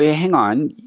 yeah hang on,